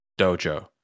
Dojo